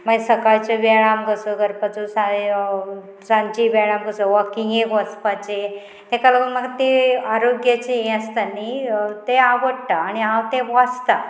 मागीर सकाळच्यो वेयाम कसो करपाचो साय सांची वेयाम कसो वॉकिंगेक वचपाचें तेका लागून म्हाका ते आरोग्याचे हे आसता न्ही ते आवडटा आनी हांव ते वाचता